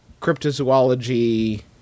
cryptozoology